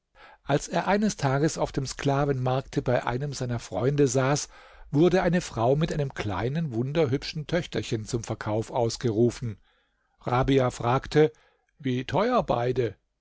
als er eines tages auf dem sklavenmarkte bei einem seiner freunde saß wurde eine frau mit einem kleinen wunderhübschen töchterchen zum verkauf ausgerufen rabia fragte wie teuer beide